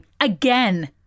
again